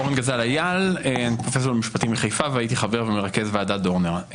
אני פרופסור למשפטים מחיפה והייתי חבר ומרכז ועדת דורנר.